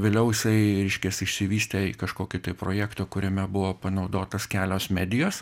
vėliau jisai reiškias išsivystė į kažkokį tai projektą kuriame buvo panaudotos kelios medijos